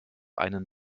einen